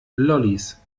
lollis